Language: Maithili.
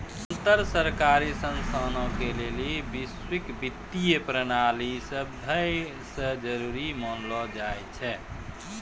अन्तर सरकारी संस्थानो के लेली वैश्विक वित्तीय प्रणाली सभै से जरुरी मानलो जाय छै